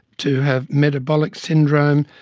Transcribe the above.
to have metabolic syndrome,